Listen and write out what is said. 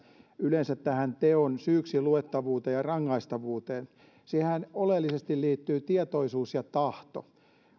yleensä tähän teon syyksi luettavuuteen ja rangaistavuuteen siihenhän oleellisesti liittyvät tietoisuus ja tahto